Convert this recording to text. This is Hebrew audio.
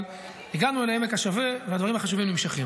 אבל הגענו אל עמק השווה, והדברים החשובים נמשכים.